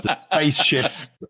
spaceships